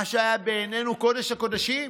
מה שהיה בעינינו קודש-הקודשים.